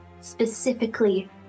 specifically